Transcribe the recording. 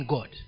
God